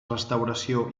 restauració